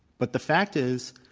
but the fact is,